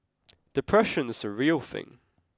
depression is a real thing